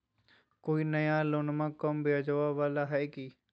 कोइ नया लोनमा कम ब्याजवा वाला हय की?